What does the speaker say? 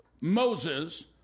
Moses